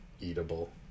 eatable